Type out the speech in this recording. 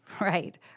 Right